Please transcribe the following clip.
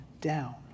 down